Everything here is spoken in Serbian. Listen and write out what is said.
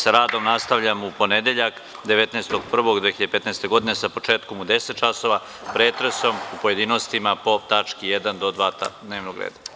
Sa radom nastavljamo u ponedeljak, 19. januara 2015. godine, sa početkom u 10.00 časova, pretresom u pojedinostima po tački 1. do 2. dnevnog reda.